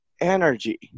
energy